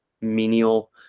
menial